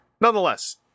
nonetheless